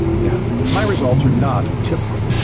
now my results are not typical.